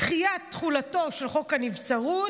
ודחיית תחולתו של חוק הנבצרות,